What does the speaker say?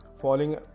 falling